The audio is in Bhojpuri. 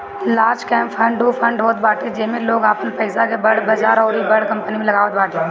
लार्ज कैंप फण्ड उ फंड होत बाटे जेमे लोग आपन पईसा के बड़ बजार अउरी बड़ कंपनी में लगावत बाटे